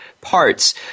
parts